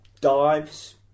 dives